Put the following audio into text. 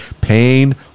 pain